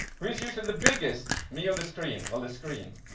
who's usually the biggest, me or the screen? well, the screen.